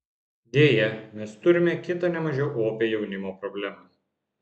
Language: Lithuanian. deja mes turime kitą ne mažiau opią jaunimo problemą